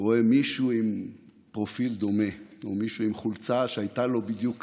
רואה מישהו עם פרופיל דומה או מישהו עם חולצה שהייתה לו בדיוק כזו,